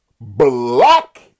black